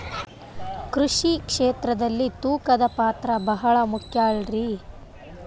ಕೃಷಿ ಕ್ಷೇತ್ರದಲ್ಲಿ ತೂಕದ ಪಾತ್ರ ಬಹಳ ಮುಖ್ಯ ಅಲ್ರಿ?